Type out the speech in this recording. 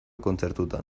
kontzertutan